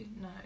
No